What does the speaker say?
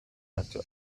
after